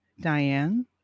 Diane